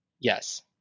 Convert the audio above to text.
Yes